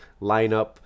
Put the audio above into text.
lineup